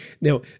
Now